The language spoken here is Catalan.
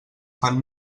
fan